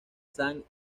sant